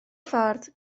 ffordd